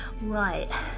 Right